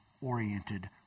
oriented